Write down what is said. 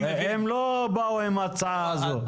הם לא באו עם ההצעה הזו.